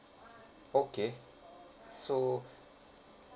okay so